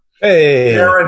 Hey